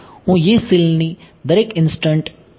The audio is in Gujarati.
હું Yee સેલની દરેક ઇન્સ્ટંટ એ ની ગણતરી કરી રહ્યો છું